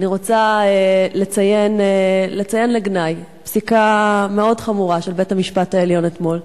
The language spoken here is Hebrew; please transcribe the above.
אני רוצה לציין לגנאי פסיקה מאוד חמורה של בית-המשפט העליון אתמול,